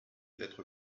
d’être